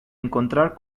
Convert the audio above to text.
encontrar